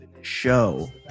show